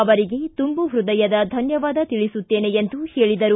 ಅವರಿಗೆ ತುಂಬು ಪ್ಪದಯದ ಧನ್ವವಾದ ತಿಳಿಸುತ್ತೇನೆ ಎಂದು ಹೇಳಿದರು